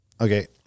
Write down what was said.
Okay